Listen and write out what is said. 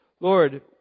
Lord